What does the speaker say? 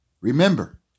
Remember